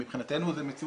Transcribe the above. אם אנחנו מדברים